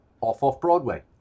off-off-Broadway